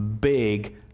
big